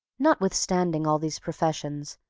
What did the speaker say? notwithstanding all these professions,